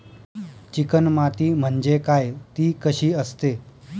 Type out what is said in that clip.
Chicken माती म्हणजे काय? ति कशी असते?